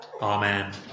Amen